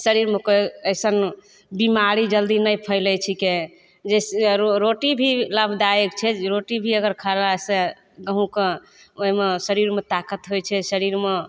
शरीरमे कोइ एहन बीमारी जल्दी नहि फैलैत छीकै जैसे रोटी भी लाभदायक छै जे रोटी भी अगर खयला से गहुँके ओहिमे शरीरमे ताकत होइत छै शरीरमे